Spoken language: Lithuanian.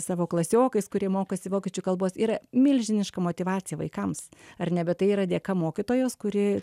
savo klasiokais kurie mokosi vokiečių kalbos yra milžiniška motyvacija vaikams ar ne bet tai yra dėka mokytojos kuri